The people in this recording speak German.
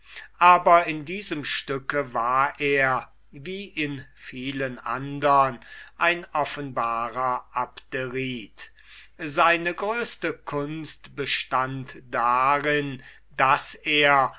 aber darin war er wie in vielen andern stücken ein offenbarer abderit seine größte kunst bestund darin daß er